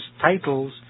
titles